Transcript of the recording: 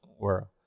World